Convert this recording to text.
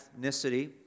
Ethnicity